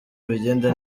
bigende